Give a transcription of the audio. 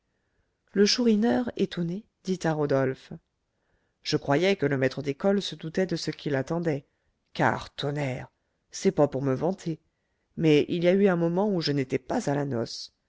le chourineur étonné dit à rodolphe je croyais que le maître d'école se doutait de ce qui l'attendait car tonnerre c'est pas pour me vanter mais il y a eu un moment où je n'étais pas à la noce